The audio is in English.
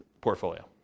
portfolio